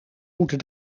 moeten